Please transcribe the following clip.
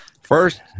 First